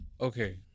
Okay